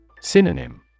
Synonym